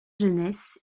jeunesse